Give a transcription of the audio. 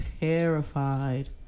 terrified